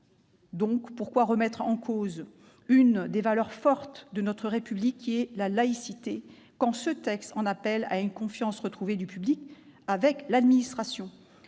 Pourquoi remettre en cause l'une des valeurs fortes de notre République, la laïcité, quand ce texte en appelle à une confiance retrouvée du public avec l'administration ?